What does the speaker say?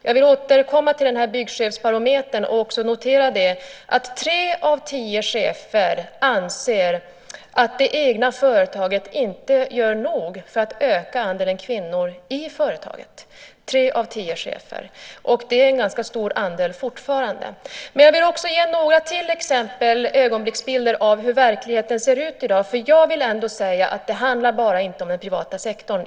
Jag vill återkomma till byggchefsbarometern och noterar att tre av tio chefer anser att det egna företaget inte gör nog för att öka andelen kvinnor i företaget, och det är en ganska stor andel fortfarande. Jag vill också ge ytterligare några exempel, ögonblicksbilder, på hur verkligheten ser ut i dag. Och jag vill säga att det inte bara handlar om den privata.